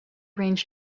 range